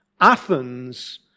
Athens